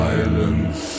Silence